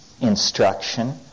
instruction